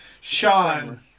Sean